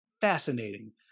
fascinating